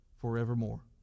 forevermore